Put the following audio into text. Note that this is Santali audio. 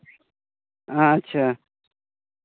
ᱟᱪᱪᱷᱟ